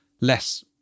less